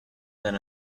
than